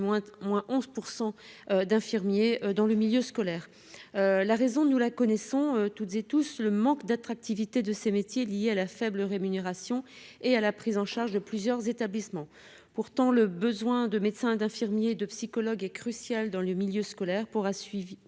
moins 11 % d'infirmiers dans le milieu scolaire, la raison de nous la connaissons toutes et tous, le manque d'attractivité de ces métiers liés à la faible rémunération et à la prise en charge de plusieurs établissements pourtant le besoin de médecins, d'infirmiers, de psychologues est cruciale dans le milieu scolaire pour a suivi